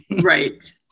Right